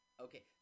Okay